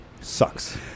sucks